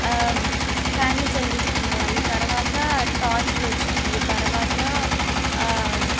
candles వెలిగించుకోవాళ్ళు తర్వాత టార్చ్లొచ్చినాయి తర్వాత